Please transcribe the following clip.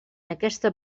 aquesta